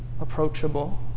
approachable